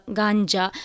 ganja